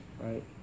right